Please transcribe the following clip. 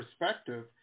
perspective